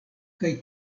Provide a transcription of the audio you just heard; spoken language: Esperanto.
kaj